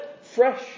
fresh